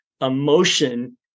emotion